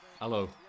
Hello